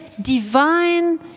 divine